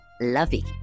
lovey